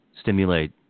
stimulate